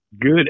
good